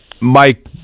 Mike